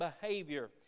behavior